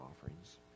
offerings